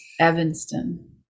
Evanston